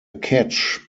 catch